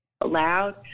allowed –